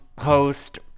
host